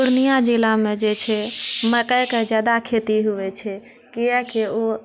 पुर्णियाँ जिलामे जे छै मक्कइके ज्यादा खेती होइत छै किआकि ओ